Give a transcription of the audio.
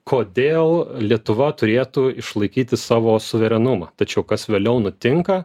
kodėl lietuva turėtų išlaikyti savo suverenumą tačiau kas vėliau nutinka